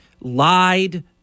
lied